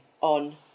on